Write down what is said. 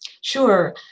Sure